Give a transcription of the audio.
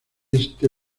este